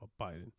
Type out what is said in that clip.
Biden